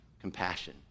compassion